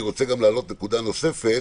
אני רוצה גם להעלות נקודה נוספת